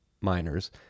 miners